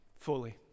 fully